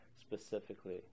specifically